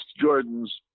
jordan's